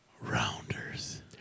Rounders